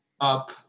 up